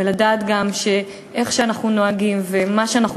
ולדעת גם שכפי שאנחנו נוהגים ומה שאנחנו